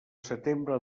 setembre